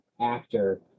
actor